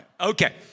Okay